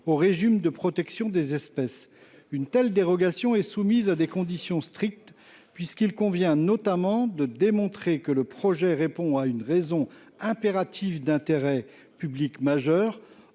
au régime de protection des espèces. Une telle dérogation est soumise à des conditions strictes, puisqu’il convient notamment de démontrer que le projet répond à une raison impérative d’intérêt public majeur.